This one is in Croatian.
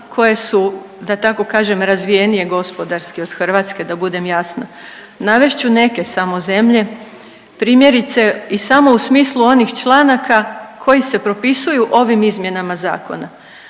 koje su, da tako kažem, razvijenije gospodarski od Hrvatske, da budem jasna. Navest ću neke samo zemlje, primjerice i samo u smislu onih članaka koji se propisuju ovim izmjenama zakona.